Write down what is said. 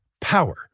power